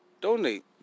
donate